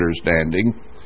understanding